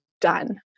done